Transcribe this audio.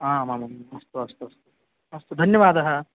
आम् आमाम् अस्तु अस्तु अस्तु अस्तु धन्यवादः